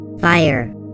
fire